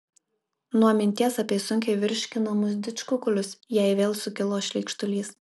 nuo minties apie sunkiai virškinamus didžkukulius jai vėl sukilo šleikštulys